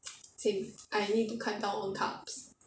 same I need to cut down on carbs